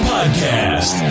Podcast